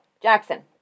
Jackson